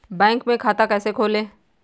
Bank में खाता कैसे खोलें?